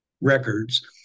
records